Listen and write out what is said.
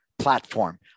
Platform